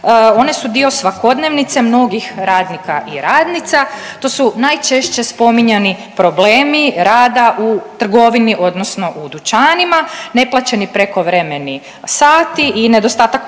one su dio svakodnevnice mnogih radnika i radnica, to su najčešće spominjani problemi rada u trgovini odnosno u dućanima, neplaćeni prekovremeni sati i nedostatak